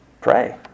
Pray